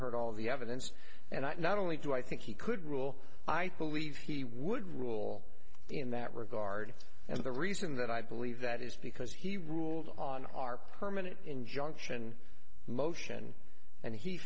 heard all of the evidence and not only do i think he could rule i will leave he would rule in that regard and the reason that i believe that is because he ruled on our permanent injunction motion and he